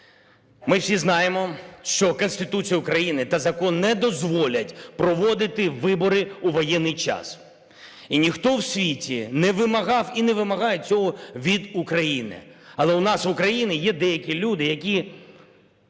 Ми всі знаємо, що Конституція України та закон не дозволять проводити вибори у воєнний час і ніхто в світі не вимагав і не вимагає цього від України. Але у нас в Україні є деякі люди, які,